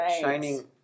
shining